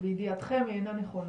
לידיעתכם היא איננה נכונה